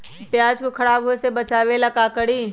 प्याज को खराब होय से बचाव ला का करी?